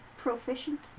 Proficient